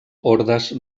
ordes